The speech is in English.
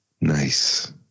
Nice